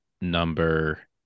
number